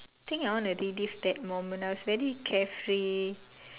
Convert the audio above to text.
think I want to relive that moment I was very carefree